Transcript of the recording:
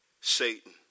Satan